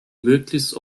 möglichst